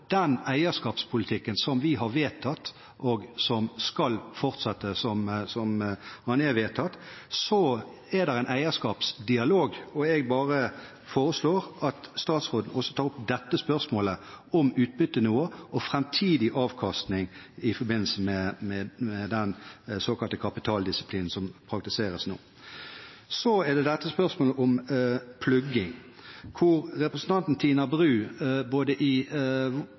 den eierskapspolitikken som vi har vedtatt, og som skal fortsette som den er vedtatt, er det en eierskapsdialog, og jeg foreslår at statsråden også tar opp spørsmålet om utbyttenivå og framtidig avkastning i forbindelse med den såkalte kapitaldisiplinen som praktiseres nå. Så er det spørsmålet om plugging, hvor representanten Tina Bru både i